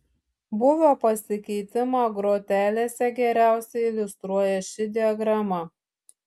būvio pasikeitimą grotelėse geriausiai iliustruoja ši diagrama